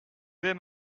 vais